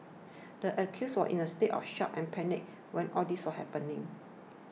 the accused was in a state of shock and panic when all this was happening